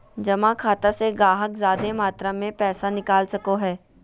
जमा खाता से गाहक जादे मात्रा मे पैसा निकाल सको हय